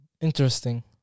Interesting